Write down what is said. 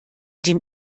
dem